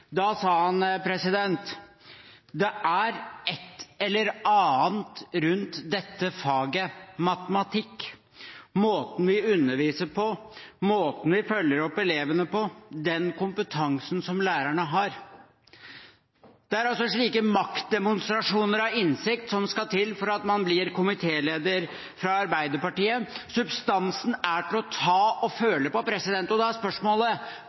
Da sa han at det er et eller annet rundt dette faget matematikk, måten vi underviser på, måten vi følger opp elevene på, og den kompetansen som lærerne har. Det er slike maktdemonstrasjoner av innsikt som skal til for at man i Arbeiderpartiet blir komitéleder. Substansen er til å ta og føle på. Da er spørsmålet: